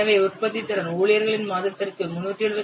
எனவே உற்பத்தித்திறன் ஊழியர்களின் மாதத்திற்கு 375 எல்